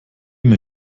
mir